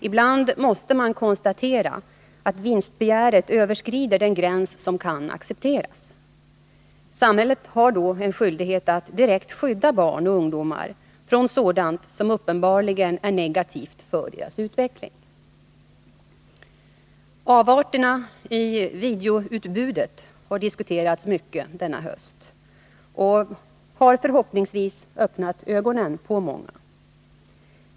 Ibland måste man konstatera att vinstbegäret överskrider den gräns som kan accepteras. Samhället har då en skyldighet att direkt skydda barn och ungdomar från sådant som uppenbarligen är negativt för deras utveckling. Avarterna i videoutbudet har diskuterats mycket denna höst och har förhoppningsvis öppnat ögonen på många.